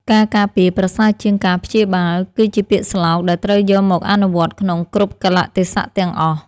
ការការពារប្រសើរជាងការព្យាបាល គឺជាពាក្យស្លោកដែលត្រូវយកមកអនុវត្តក្នុងគ្រប់កាលៈទេសៈទាំងអស់។